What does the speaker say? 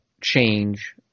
change